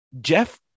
Jeff